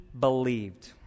believed